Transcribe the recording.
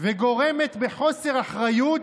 וגורמת בחוסר אחריות"